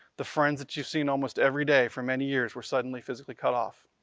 the friends that you've seen almost everyday for many years were suddenly physically cut off.